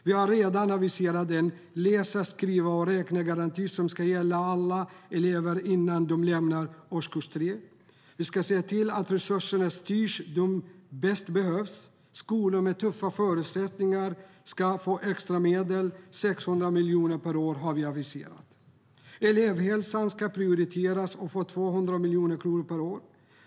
Vi har redan aviserat en läsa-skriva-räkna-garanti som ska gälla alla elever innan de lämnar årskurs 3. Vi ska se till att resurser styrs dit de bäst behövs. Skolor med tuffa förutsättningar ska få extra medel - vi har aviserat 600 miljoner per år. Elevhälsan ska prioriteras och få 200 miljoner kronor per år.